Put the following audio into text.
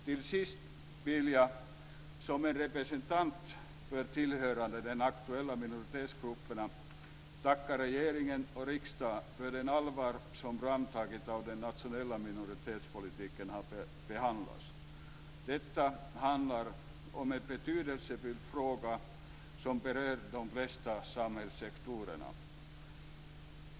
Till sist vill jag som en representant tillhörande de aktuella minoritetsgrupperna tacka regeringen och riksdagen för det allvar med vilket framtagandet av den nationella minoritetspolitiken har behandlats. Det handlar om en betydelsefull fråga som berör de flesta samhällssektorer.